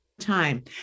time